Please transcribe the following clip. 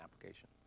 application